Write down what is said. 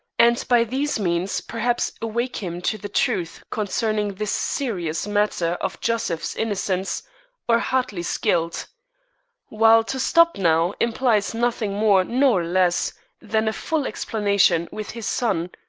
and by these means perhaps awake him to the truth concerning this serious matter of joseph's innocence or hartley's guilt while to stop now implies nothing more nor less than a full explanation with his son,